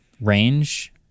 range